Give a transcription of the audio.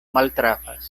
maltrafas